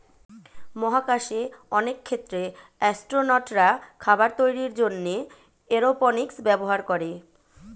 মহাকাশে অনেক ক্ষেত্রে অ্যাসট্রোনটরা খাবার তৈরির জন্যে এরওপনিক্স ব্যবহার করে